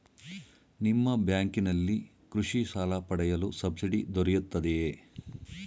ನಿಮ್ಮ ಬ್ಯಾಂಕಿನಲ್ಲಿ ಕೃಷಿ ಸಾಲ ಪಡೆಯಲು ಸಬ್ಸಿಡಿ ದೊರೆಯುತ್ತದೆಯೇ?